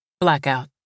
Blackout